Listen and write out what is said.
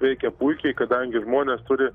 veikia puikiai kadangi žmonės turi